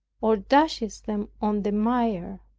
or dashes them on the mire,